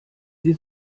sie